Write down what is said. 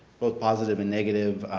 both positive and negative.